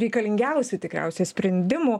reikalingiausių tikriausiai sprendimų